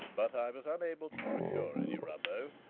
but i was unable to procure any rubbo.